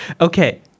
okay